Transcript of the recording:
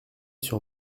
sur